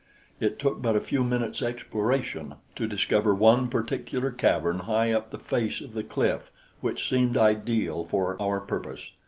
it took but a few minutes' exploration to discover one particular cavern high up the face of the cliff which seemed ideal for our purpose.